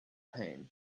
pain